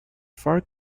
far